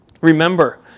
Remember